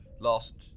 last